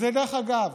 ודרך אגב,